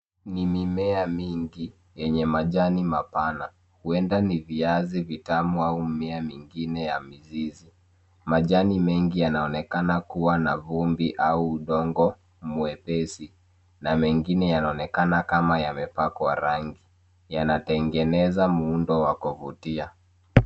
Ni mimea mingi yenye majani mapana, huenda ni viazi vitamu au mimea mingine ya mzizi. Majani mengi yanaonekana kuwa na vumbi au udongo mwepesi na mengine yanaonekana kama yamepakwa rangi, yanatengeneza muundo wa kuvutia.